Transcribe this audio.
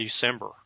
December